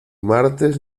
martes